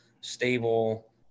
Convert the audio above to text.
stable